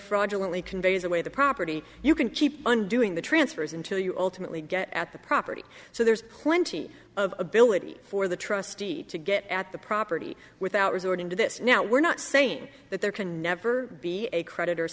fraudulently conveys away the property you keep undoing the transfers until you ultimately get at the property so there's plenty of ability for the trustee to get at the property without resorting to this now we're not saying that there can never be a creditor